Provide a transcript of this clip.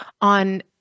on